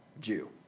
Jew